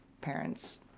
parents